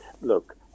Look